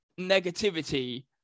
negativity